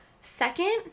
Second